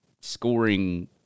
scoring